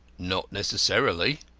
not necessarily.